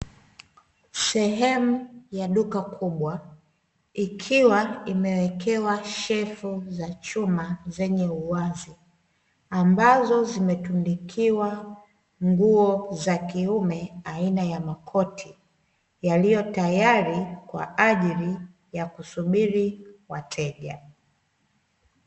Sehemu ya duka kubwa ikiwa inawekewa shelfu za chuma zenye uwazi, ambazo zimetundukiwa nguo za kiume aina ya makoti yaliyotayari kwa ajili ya kusubiri wateja.